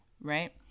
right